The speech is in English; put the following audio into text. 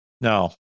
No